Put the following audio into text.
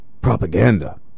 propaganda